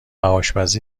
آشپزی